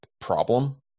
problem